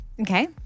okay